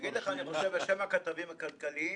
בשם הכתבים הכלכליים,